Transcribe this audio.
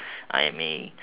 I am a